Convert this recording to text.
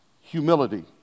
humility